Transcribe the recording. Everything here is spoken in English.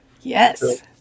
Yes